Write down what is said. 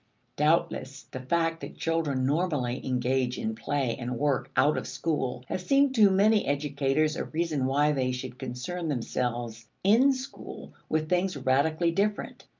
doubtless the fact that children normally engage in play and work out of school has seemed to many educators a reason why they should concern themselves in school with things radically different.